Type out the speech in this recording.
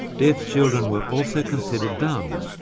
deaf children were also considered dumb,